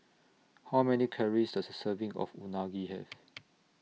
How Many Calories Does A Serving of Unagi Have